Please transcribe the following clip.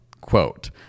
Quote